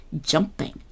jumping